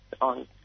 on